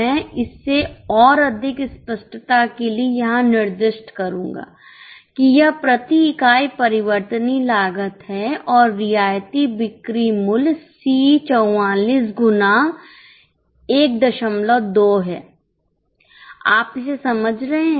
मैं इसे और अधिक स्पष्टता के लिए यहां निर्दिष्ट करूंगा कि यह प्रति इकाई परिवर्तनीय लागत है और रियायती बिक्री मूल्य C 44 गुना 12 हैआप इसे समझ रहे हैं